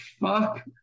fuck